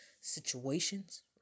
situations